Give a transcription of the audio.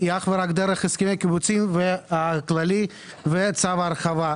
היא אך ורק דרך הסכם הקיבוצים הכללי וצו הרחבה.